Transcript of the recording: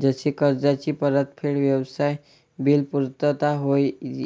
जसे कर्जाची परतफेड, व्यवसाय बिल पुर्तता होय ई